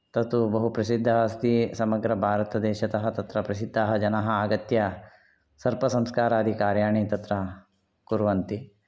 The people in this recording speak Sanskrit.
तत्तु बहु प्रसिद्धः अस्ति समग्रभारतदेशतः तत्र प्रसिद्धाः जनाः आगत्य सर्पसंस्कारादि कार्याणि तत्र कुर्वन्ति